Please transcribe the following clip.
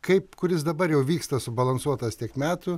kaip kuris dabar jau vyksta subalansuotas tiek metų